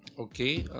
okay